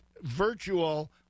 virtual